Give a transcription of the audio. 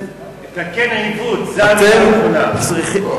לתקן עיוות, זאת המלה הנכונה.